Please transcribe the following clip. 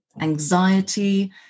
anxiety